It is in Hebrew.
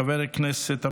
חבר הכנסת חמד עמאר,